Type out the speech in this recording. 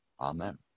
Amen